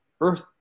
Earth